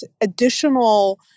additional